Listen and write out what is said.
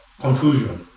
confusion